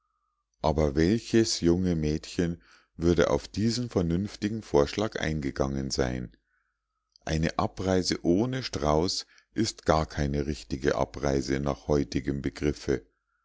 aber welches junge mädchen würde auf diesen vernünftigen vorschlag eingegangen sein eine abreise ohne strauß ist gar keine richtige abreise nach heutigem begriffe